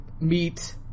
meet